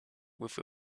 with